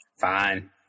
Fine